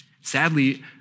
Sadly